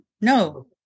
No